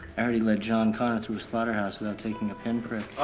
i heard he lead john connor through a slaughterhouse without taking a pin-prick.